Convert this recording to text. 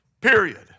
period